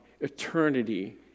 Eternity